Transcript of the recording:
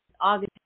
August